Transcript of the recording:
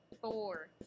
four